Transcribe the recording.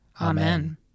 Amen